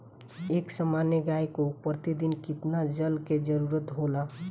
एक सामान्य गाय को प्रतिदिन कितना जल के जरुरत होला?